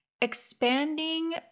expanding